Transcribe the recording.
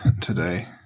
today